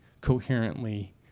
coherently